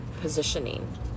positioning